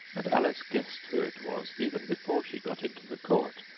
and alice guessed who it was, even before she got into the court,